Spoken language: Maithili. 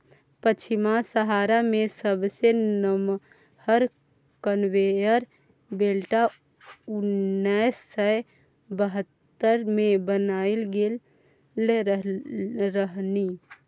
पछिमाहा सहारा मे सबसँ नमहर कन्वेयर बेल्ट उन्नैस सय बहत्तर मे बनाएल गेल रहनि